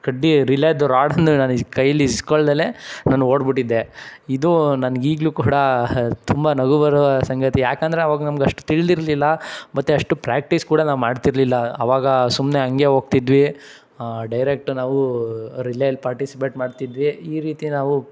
ಕಡ್ಡಿ ರಿಲೇದು ರಾಡನ್ನು ನಾನು ಇ ಕೈಲಿ ಇಸ್ಕೊಳ್ದೆ ನಾನು ಓಡ್ಬಿಟ್ಟಿದ್ದೆ ಇದು ನನ್ಗೆ ಈಗಲೂ ಕೂಡ ತುಂಬ ನಗು ಬರುವ ಸಂಗತಿ ಯಾಕಂದರೆ ಅವಾಗ ನಮ್ಗೆ ಅಷ್ಟು ತಿಳಿದಿರ್ಲಿಲ್ಲ ಮತ್ತು ಅಷ್ಟು ಪ್ರಾಕ್ಟೀಸ್ ಕೂಡ ನಾವು ಮಾಡ್ತಿರಲಿಲ್ಲ ಆವಾಗ ಸುಮ್ಮನೆ ಹಂಗೆ ಹೋಗ್ತಿದ್ವಿ ಡೈರೆಕ್ಟ್ ನಾವು ರಿಲೇಲಿ ಪಾರ್ಟಿಸಿಪೇಟ್ ಮಾಡ್ತಿದ್ವಿ ಈ ರೀತಿ ನಾವು